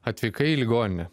atvykai į ligoninę